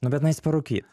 nu bet nueis parūkyt